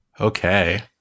Okay